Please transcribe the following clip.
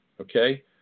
Okay